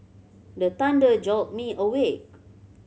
the thunder jolt me awake